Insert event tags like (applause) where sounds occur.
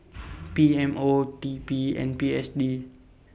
(noise) P M O T P and P S D